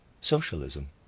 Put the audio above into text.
socialism